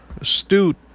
astute